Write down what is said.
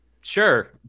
sure